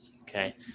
Okay